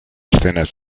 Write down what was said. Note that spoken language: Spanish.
escenas